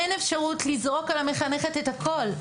אין אפשרות לזרוק על המחנכת את הכול.